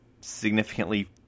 significantly